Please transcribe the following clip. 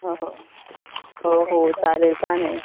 हो हो चालेल का नाही